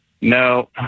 No